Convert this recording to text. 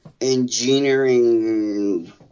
engineering